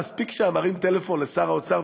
מספיק שהיה מרים טלפון לשר האוצר,